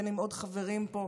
ובין שזה עוד חברים פה,